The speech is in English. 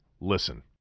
Listen